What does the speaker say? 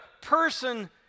person